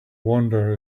wander